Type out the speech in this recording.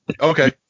okay